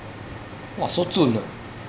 !wah! so zhun ah